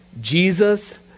Jesus